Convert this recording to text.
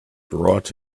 brought